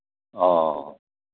ꯑꯣ